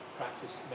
practice